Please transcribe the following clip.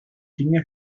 dinge